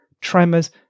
Tremors